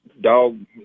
dog